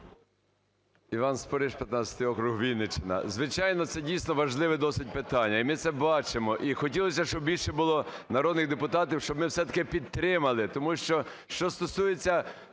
Іван Спориш, 15 округ, Вінниччина. Звичайно, це дійсно важливе досить питання, і ми це бачимо. І хотілося, щоб більше було народних депутатів, щоб ми все-таки підтримали, тому що, що стосується